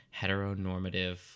heteronormative